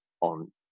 on